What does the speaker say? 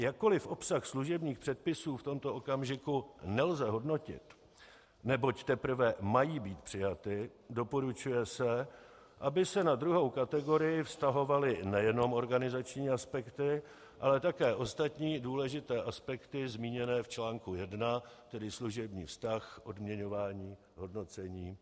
Jakkoliv obsah služebních předpisů v tomto okamžiku nelze hodnotit, neboť teprve mají být přijaty, doporučuje se, aby se na druhou kategorii vztahovaly nejenom organizační aspekty, ale také ostatní důležité aspekty zmíněné v článku 1, tedy služební vztah, odměňování, hodnocení atd.